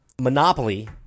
monopoly